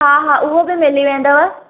हा हा उहो बि मिली वेंदव